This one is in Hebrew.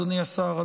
אדוני השר,